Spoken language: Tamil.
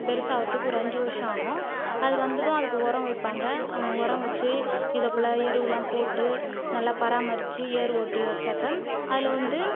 பெருசாகிறத்துக்கு ஒரு அஞ்சு வருடம் ஆகும் அது வந்ததும் அதுக்கு உரம் வைப்பாங்க உரம் வச்சு இதை போல எருவுலாம் போட்டு நல்லா பராமரித்து ஏர் ஓட்டி வச்சாக்கா அதில் வந்து